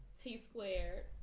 T-Squared